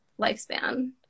lifespan